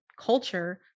culture